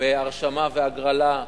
בהרשמה והגרלה.